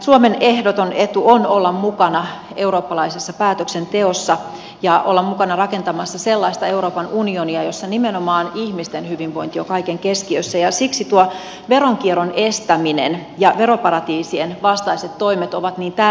suomen ehdoton etu on olla mukana eurooppalaisessa päätöksenteossa ja olla mukana rakentamassa sellaista euroopan unionia jossa nimenomaan ihmisten hyvinvointi on kaiken keskiössä ja siksi veronkierron estäminen ja veroparatiisien vastaiset toimet ovat niin tärkeitä